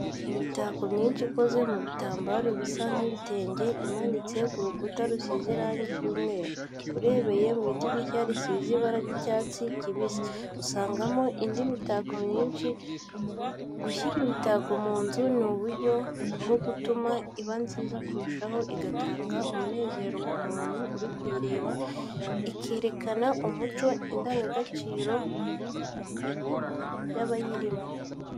Imitako myinshi ikoze mu bitambaro bisa n'ibitenge, imanitse ku rukuta rusize irangi ry'umweru. Urebeye mu idirishya risize ibara ry'icyatsi kibisi, usangamo indi mitako myinshi. Gushyira imitako mu nzu ni uburyo bwo gutuma iba nziza kurushaho, igatanga umunezero ku muntu uri kuyireba, ikerekana umuco n’indangagaciro by’abayirimo.